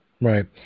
Right